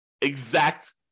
exact